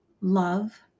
love